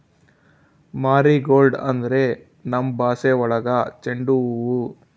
marigold ಅಂದ್ರೆ ನಮ್ ಭಾಷೆ ಒಳಗ ಚೆಂಡು ಹೂವು